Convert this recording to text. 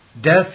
Death